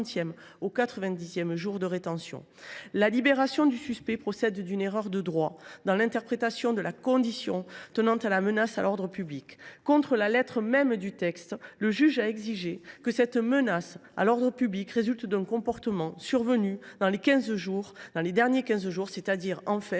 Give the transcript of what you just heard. La libération du suspect procède d’une erreur de droit dans l’interprétation de la condition tenant à la menace à l’ordre public. Contre la lettre même du texte, le juge a exigé que cette menace à l’ordre public résulte d’un comportement survenu dans les 15 derniers jours, c’est à dire pendant